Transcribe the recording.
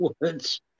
words